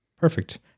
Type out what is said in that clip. Perfect